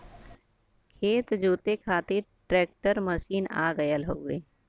खेत जोते खातिर ट्रैकर मशीन आ गयल हउवे